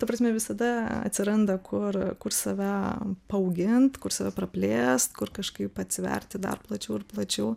ta prasme visada atsiranda kur kur save paaugint kur save praplėst kur kažkaip atsiverti dar plačiau ir plačiau